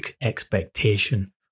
expectation